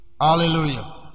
Hallelujah